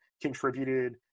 contributed